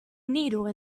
needle